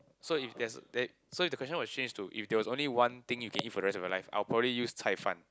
so if there's there so if the question was changed to if there was only one thing you can eat for the rest of your life I would probably use 菜贩